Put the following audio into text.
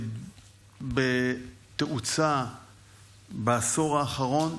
בתאוצה בעשור האחרון,